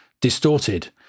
distorted